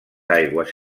aigües